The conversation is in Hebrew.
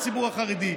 הציבור החרדי,